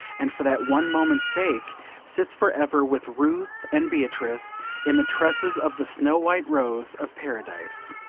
and for that one moment's sake sits for ever with ruth and beatrice in the tresses of the snow-white rose of paradise.